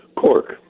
cork